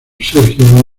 sergio